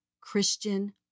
Christian